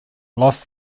lost